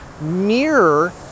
mirror